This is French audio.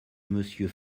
monsieur